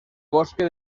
bosque